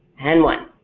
and one.